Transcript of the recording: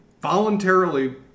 voluntarily